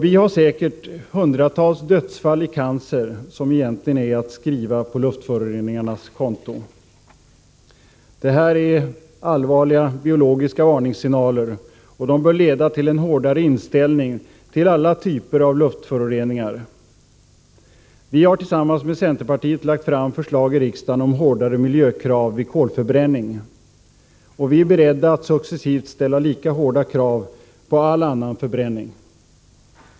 Vi har säkert också hundratals dödsfall i cancer, som egentligen är att skriva på luftföroreningarnas konto. Det här är allvarliga biologiska varningssignaler, och de bör leda till en hårdare inställning till alla typer av luftföroreningar. Vi har tillsammans med centerpartiet lagt fram förslag i riksdagen om hårdare miljökrav vid kolförbränning. Vi är beredda att successivt ställa lika hårda krav på all annan förbränning.